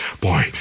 boy